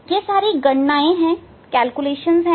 यह गणनाए हैं